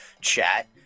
chat